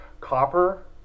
Copper